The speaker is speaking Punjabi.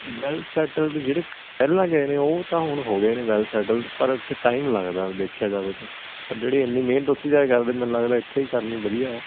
ਵੈਲਸੈਟਲਡ ਜਿਹੜੇ ਪਹਿਲਾਂ ਗਏ ਨੇ ਉਹ ਤਾਂ ਹੁਣ ਹੋ ਗਏ ਨੇ ਵੈਲਸੈਟਲ ਪਰ ਇੱਥੇ ਟਾਈਮ ਲੱਗਦਾ ਉਹ ਦੇ ਦੇਖਿਆ ਜਾਵੇ ਤਾਂ ਪਰ ਜਿਹੜੀ ਐਨੀ ਮੇਹਨਤ ਉੱਥੇ ਜਾ ਕੇ ਕਰਦੇ ਮੈਨੂੰ ਲੱਗਦਾ ਐਥੇ ਈ ਕਰਨੀ ਵਧੀਆ ਐ